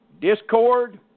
discord